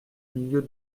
milieu